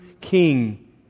king